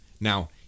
now